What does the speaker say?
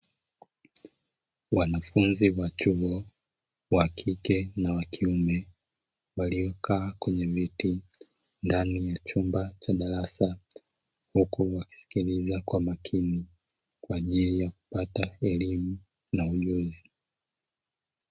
Wanafunzi wa chuo, wa kike na wa kiume, waliokaa kwenye viti ndani ya chumba cha darasa, huku wakisikiliza kwa makini kwa ajili ya kupata elimu na ujuzi.